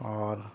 اور